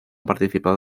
participado